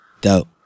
dope